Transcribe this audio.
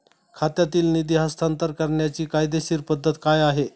खात्यातील निधी हस्तांतर करण्याची कायदेशीर पद्धत काय आहे?